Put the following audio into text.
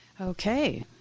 Okay